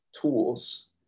tools